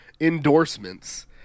endorsements